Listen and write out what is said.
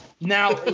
Now